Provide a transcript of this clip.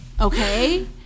Okay